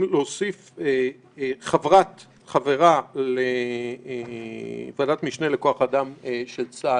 להוסיף חברה לוועדת משנה לכוח אדם של צה"ל,